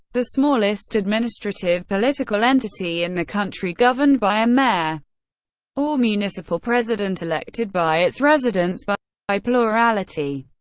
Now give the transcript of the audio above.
the smallest administrative political entity in the country, governed by a mayor or municipal president, elected by its residents but by plurality.